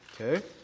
Okay